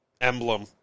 emblem